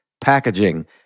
packaging